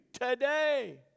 today